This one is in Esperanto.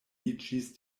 iĝis